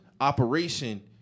operation